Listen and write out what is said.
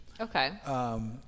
okay